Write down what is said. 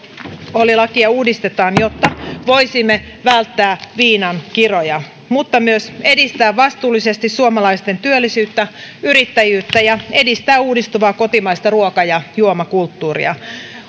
alkoholilakia uudistetaan jotta voisimme välttää viinan kiroja mutta myös edistää vastuullisesti suomalaisten työllisyyttä ja yrittäjyyttä ja edistää uudistuvaa kotimaista ruoka ja juomakulttuuria